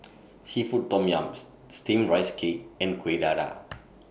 Seafood Tom Yum Steamed Rice Cake and Kuih Dadar